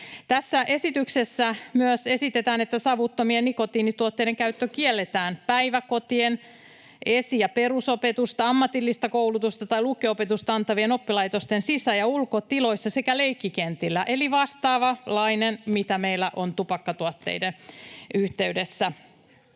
Tässä esityksessä myös esitetään, että savuttomien nikotiinituotteiden käyttö kielletään päiväkotien, esi- ja perusopetusta, ammatillista koulutusta tai lukio-opetusta antavien oppilaitosten sisä- ja ulkotiloissa sekä leikkikentillä, eli se on vastaavanlainen, mikä meillä on tupakkatuotteiden yhteydessä.